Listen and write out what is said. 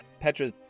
Petra's